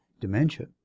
dementia